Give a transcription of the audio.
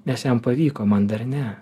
nes jam pavyko man dar ne